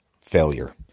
failure